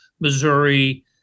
Missouri